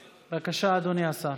בבקשה, אדוני השר.